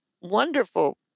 wonderful